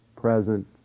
present